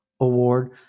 award